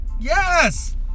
Yes